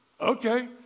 Okay